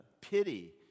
pity